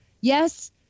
Yes